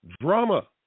Drama